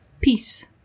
Peace